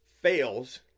fails